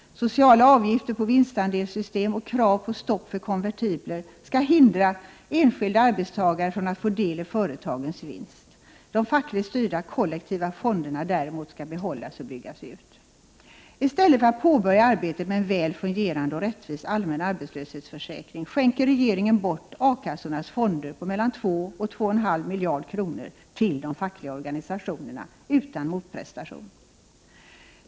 Sociala avgifter på vinstandelssystem och krav på stopp för konvertibler skall hindra enskilda arbetstagare från att få del i företagens vinst. De fackligt styrda, kollektiva fonderna däremot skall behållas och byggas ut. I stället för att påbörja arbetet med en väl fungerande och rättvis allmän arbetslöshetsförsäkring skänker regeringen bort A-kassornas fonder på mellan 2 och 2,5 miljarder kronor till de fackliga organisationerna, utan motprestation.